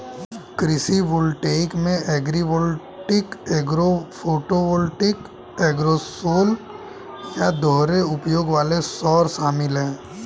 कृषि वोल्टेइक में agrivoltaic agro photovoltaic agrisol या दोहरे उपयोग वाले सौर शामिल है